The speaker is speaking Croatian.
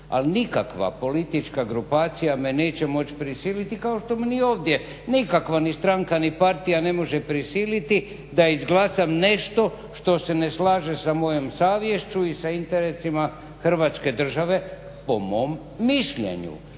Ali nikakva politička grupacija me neće moći prisiliti kao što me ni ovdje nikakva ni stranka ni partija ne može prisiliti da izglasam nešto što se ne slaže sa mojom savješću i sa interesima Hrvatske države po mom mišljenju.